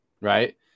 Right